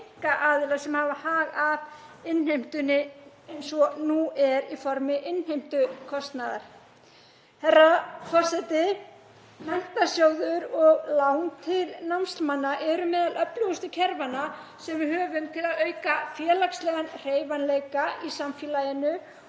í höndum einkaaðila sem hafa hag af innheimtunni eins og nú er í formi innheimtukostnaðar. Herra forseti. Menntasjóður og lán til námsmanna eru meðal öflugustu kerfanna sem við höfum til að auka félagslegan hreyfanleika í samfélaginu